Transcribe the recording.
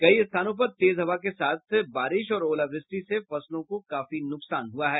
कई स्थानों पर तेज हवा के साथ ही बारिश और ओलावृष्टि से फसलों को काफी नुकसान हुआ है